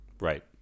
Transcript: Right